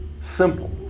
simple